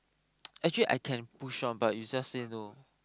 actually I can push one but you just say no